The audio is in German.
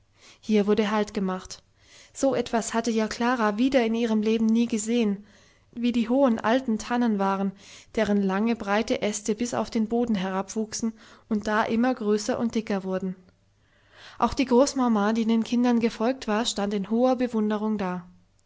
hier wurde haltgemacht so etwas hatte ja klara wieder in ihrem leben nie gesehen wie die hohen alten tannen waren deren lange breite äste bis auf den boden herabwuchsen und da immer größer und dicker wurden auch die großmama die den kindern gefolgt war stand in hoher bewunderung da